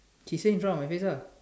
she say drop on my face lah